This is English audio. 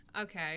Okay